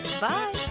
bye